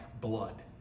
blood